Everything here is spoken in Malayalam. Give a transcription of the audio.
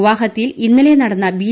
ഗുവാഹത്തിയിൽ ഇന്നലെ നടന്ന ബി